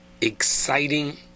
exciting